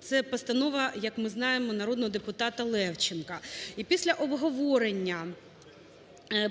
Це постанова, як ми знаємо, народного депутата Левченка. І після обговорення